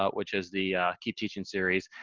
but which is the keep teaching series,